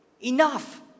Enough